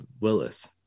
Willis